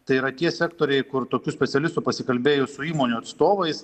tai yra tie sektoriai kur tokių specialistų pasikalbėjus su įmonių atstovais